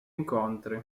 incontri